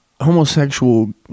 homosexual